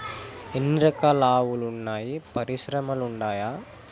ఎన్ని రకాలు ఆవులు వున్నాయి పరిశ్రమలు ఉండాయా?